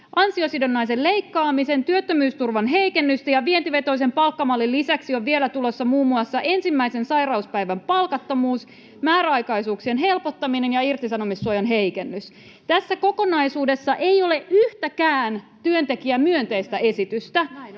Ansiosidonnaisen leikkaamisen, työttömyysturvan heikennyksen ja vientivetoisen palkkamallin lisäksi on vielä tulossa muun muassa ensimmäisen sairauspäivän palkattomuus, määräaikaisuuksien helpottaminen ja irtisanomissuojan heikennys. Tässä kokonaisuudessa ei ole yhtäkään työntekijämyönteistä esitystä.